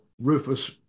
Rufus